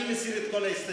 אני מסיר את כל ההסתייגויות.